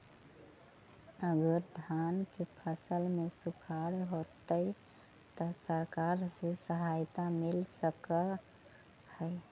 अगर धान के फ़सल में सुखाड़ होजितै त सरकार से सहायता मिल सके हे?